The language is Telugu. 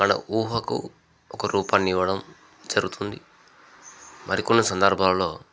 వాళ్ళ ఊహకు ఒక రూపాన్ని ఇవ్వడం జరుగుతుంది మరి కొన్ని సంధర్భాల్లో